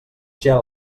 gela